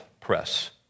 press